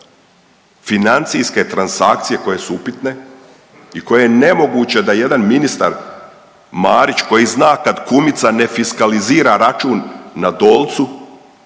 financijske transakcije koje su upitne i koje nemoguće da jedan ministar Marić koji zna kad kumica ne fiskalizira račun na Dolcu,